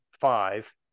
five